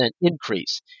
increase